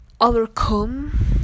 overcome